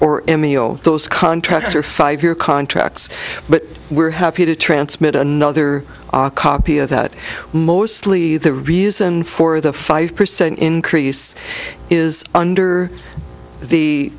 or emil those contracts are five year contracts but we're happy to transmitter another copy of that mostly the reason for the five percent increase is under the